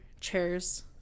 chairs